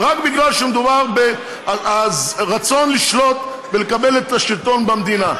רק בגלל שמדובר על רצון לשלוט ולקבל את השלטון במדינה.